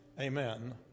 Amen